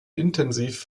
intensiv